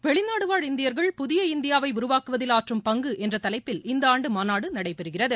வெளிநாடுவாழ் இந்தியர்கள் புதிய இந்தியாவை உருவாக்குவதில் ஆற்றும் பங்கு என்ற தலைப்பில் இந்த ஆண்டு மாநாடு நடைபெறுகிறது